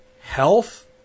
Health